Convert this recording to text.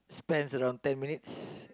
depends around ten minutes